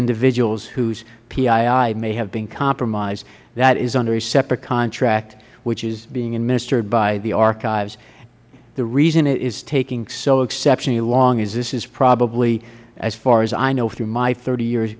individuals whose pii may have been compromised that is under a separate contract which is being administered by the archives the reason it is taking so exceptionally long is this is probably as far as i know through my thirty year